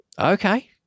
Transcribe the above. Okay